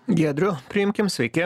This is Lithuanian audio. giedrių priimkim sveiki